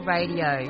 Radio